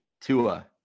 Tua